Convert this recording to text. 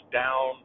down